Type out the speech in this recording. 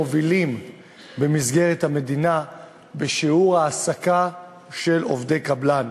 מובילים במסגרת המדינה בשיעור העסקה של עובדי קבלן,